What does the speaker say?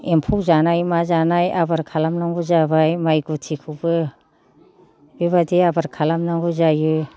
एम्फौ जानाय मा जानाय आबार खालामनांगौ जाबाय माय गुथिखौबो बेबायदि आबार खालामनांगौ जायो